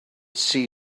see